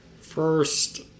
First